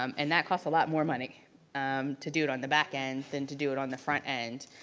um and that costs a lot more money um to do it on the back end than to do it on the front end,